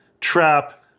trap